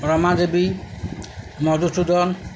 Ramadevi Madhusudan